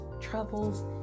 troubles